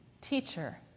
Teacher